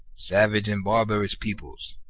savage and barbarous peoples,